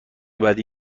بدی